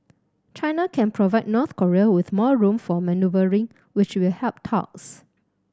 China can provide North Korea with more room for manoeuvring which will help talks